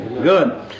Good